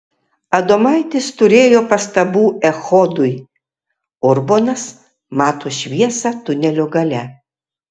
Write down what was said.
adomaitis turėjo pastabų echodui urbonas mato šviesą tunelio gale